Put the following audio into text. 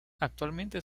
actualmente